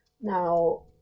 Now